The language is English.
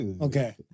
Okay